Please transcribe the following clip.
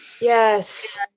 Yes